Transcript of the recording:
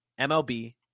MLB